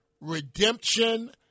redemption